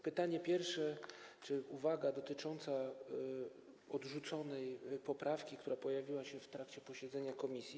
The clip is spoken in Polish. Pytanie pierwsze czy uwaga dotycząca odrzuconej poprawki, która pojawiła się w trakcie posiedzenia komisji.